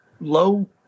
low